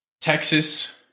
Texas